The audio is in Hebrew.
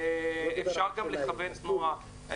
אפשר גם לכוון תנועה.